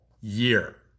year